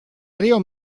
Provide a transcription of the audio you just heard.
río